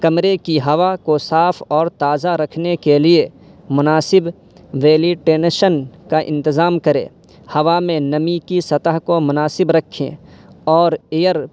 کمرے کی ہوا کو صاف اور تازہ رکھنے کے لیے مناسب وینٹیلیٹن کا انتظام کریں ہوا میں نمی کی سطح کو مناسب رکھیں اور ایئر